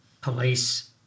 Police